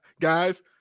Guys